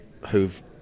who've